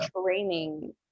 training